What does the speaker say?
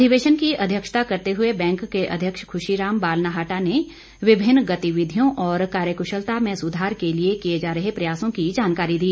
अधिवेशन की अध्यक्षता करते हुए बैंक के अध्यक्ष खुशी राम बालनाहटा ने विभिन्न गतिविधियों और कार्यकुशलता में सुधार के लिए किए जा रहे प्रयासों की जानकारी दी